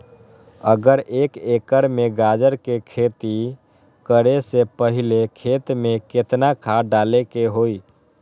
अगर एक एकर में गाजर के खेती करे से पहले खेत में केतना खाद्य डाले के होई?